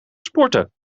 sporten